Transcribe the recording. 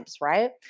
right